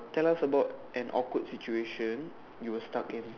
tell us about an awkward situation you were stuck in